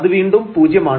അത് വീണ്ടും പൂജ്യമാണ്